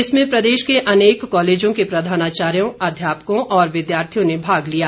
इसमें प्रदेश के अनेक कॉलेजों के प्रधानाचायों अध्यापकों और विद्यार्थियों ने भाग लिया